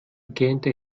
gähnte